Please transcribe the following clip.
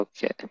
Okay